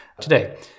today